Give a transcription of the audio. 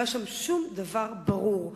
לא היה שם שום דבר ברור.